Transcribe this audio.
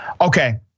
Okay